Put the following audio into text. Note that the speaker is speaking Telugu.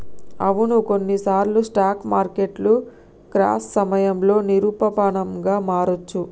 అవును కొన్నిసార్లు స్టాక్ మార్కెట్లు క్రాష్ సమయంలో నిరూపమానంగా మారొచ్చు